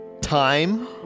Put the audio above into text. time